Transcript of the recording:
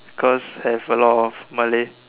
cause have a lot of Malay